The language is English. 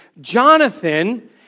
Jonathan